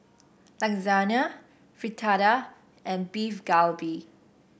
Lasagne Fritada and Beef Galbi